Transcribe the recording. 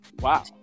Wow